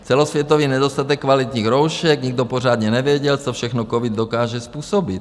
Celosvětový nedostatek kvalitních roušek, nikdo pořádně nevěděl, co všechno covid dokáže způsobit.